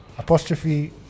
Apostrophe